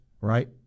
right